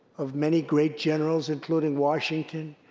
of many great generals including washington,